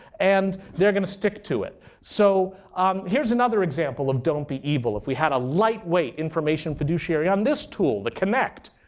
and they're going to stick to it. so um here's another example of don't be evil. if we had a lightweight information fiduciary on this tool, the kinect.